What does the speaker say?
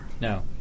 No